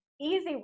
easy